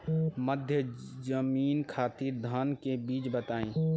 मध्य जमीन खातिर धान के बीज बताई?